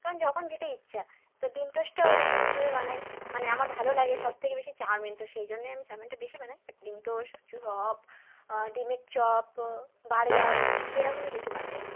কারণ যখন যেটা ইচ্ছা তো ডিম টোস্টটাও এরকমইভাবে বানাই মানে আমার ভালো লাগে সব থেকে বেশি চাউমিন তো সেই জন্যই আমি চাউমিনটা বেশি বানাই বাট ডিম টোস্ট চপ ডিমের চপ বার্গার এরকমই কিছু বানিয়ে নিই